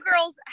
girls